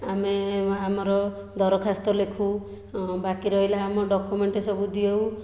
ଆମେ ଆମର ଦରଖାସ୍ତ ଲେଖୁ ବାକି ରହିଲା ଆମ ଡକ୍ୟୁମେଣ୍ଟ ସବୁ ଦେଉ